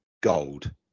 gold